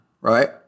right